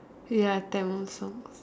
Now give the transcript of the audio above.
ya Tamil songs